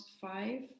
five